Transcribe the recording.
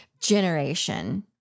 generation